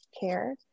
care